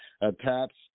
attached